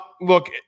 Look